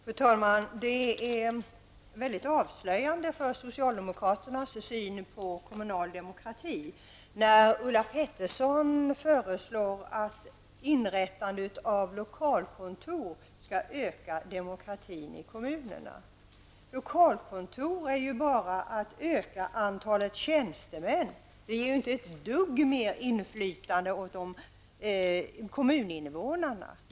Fru talman! Det är väldigt avslöjande för socialdemokraternas syn på kommunal demokrati när Ulla Pettersson säger att inrättandet av lokalkontor skall öka demokratin i kommunerna. Inrättande av lokalkontor ökar ju bara antalet tjänstemän. Det ger inte ett dugg mer inflytande åt kommuninvånarna.